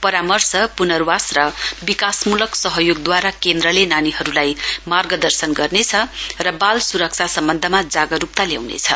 परामर्श पुनर्वास र विकासमूलक सहयोगद्वारा केन्द्रले नानीहरूलाई मार्गदर्शन गर्नेछ र बाल स्रक्षा सम्वन्धमा जागरूकता ल्याइनेछ